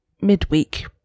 midweek